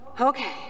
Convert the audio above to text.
okay